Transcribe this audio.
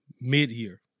mid-year